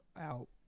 out